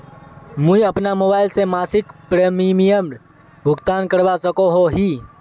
मुई अपना मोबाईल से मासिक प्रीमियमेर भुगतान करवा सकोहो ही?